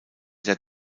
der